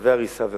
צווי הריסה ועוד.